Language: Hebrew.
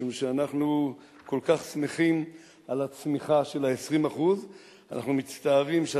משום שאנחנו כל כך שמחים על הצמיחה של 20%. אנחנו מצטערים,